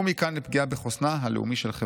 ומכאן לפגיעה בחוסנה הלאומי של החברה.